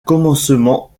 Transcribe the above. commencement